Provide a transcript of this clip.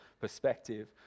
perspective